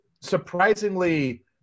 surprisingly